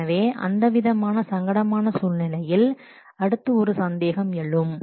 எனவே அந்த விதமான சங்கடமான சூழ்நிலையில் அடுத்து ஒரு சந்தேகம் எழும்